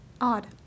Odd